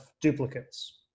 duplicates